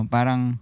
Parang